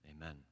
Amen